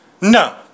No